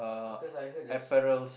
cause I heard there's